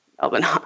Melbourne